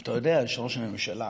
אתה יודע שראש הממשלה